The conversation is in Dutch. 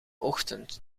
ochtend